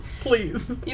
Please